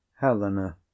Helena